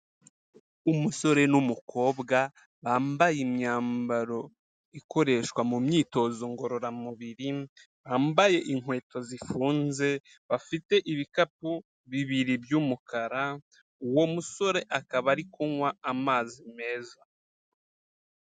Umusore n'umukobwa bambaye imyambaro ikoreshwa mu myitozo ngororamubiri bambaye inkweto zifunze, bafite ibikapu bibiri by'umukara uwo musore akaba ari kunywa amazi meza.